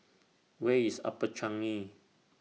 Where IS Upper Changi